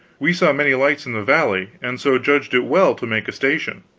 we saw many lights in the valley, and so judged it well to make a station,